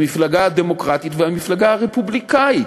המפלגה הדמוקרטית והמפלגה הרפובליקנית?